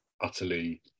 utterly